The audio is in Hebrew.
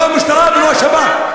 לא המשטרה ולא השב"כ.